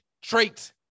trait